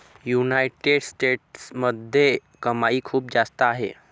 United स्टेट्समध्ये कमाई खूप जास्त आहे